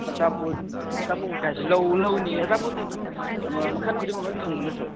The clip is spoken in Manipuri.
ꯑꯆꯥꯄꯣꯠ ꯀꯔꯤ ꯀꯔꯥꯁꯨ ꯂꯧꯅꯤ ꯑꯆꯥꯄꯣꯠꯇꯤ ꯑꯗꯨꯝ ꯃꯈꯜ ꯈꯨꯗꯤꯡꯃꯛ ꯂꯣꯏꯅ ꯐꯪꯕ ꯅꯠꯇ꯭ꯔꯣ